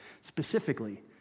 specifically